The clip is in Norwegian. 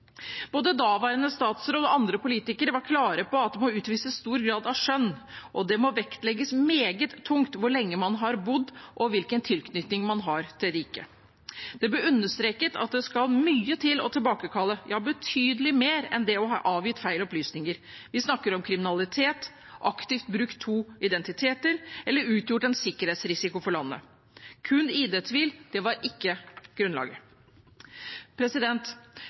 Både daværende statsråd og andre politikere var klare på at det må utvises stor grad av skjønn, og det må vektlegges meget tungt hvor lenge man har bodd i og hvilken tilknytning man har til riket. Det ble understreket at det skal mye til å tilbakekalle – ja, betydelig mer enn det å ha avgitt feil opplysninger. Vi snakker om kriminalitet, aktivt ha brukt to identiteter eller ha utgjort en sikkerhetsrisiko for landet. Kun ID-tvil var ikke grunnlaget.